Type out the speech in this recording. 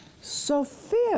Sophia